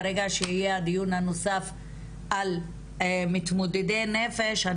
ברגע שיהיה דיון נוסף על מתמודדי נפש,